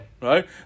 right